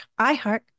iheart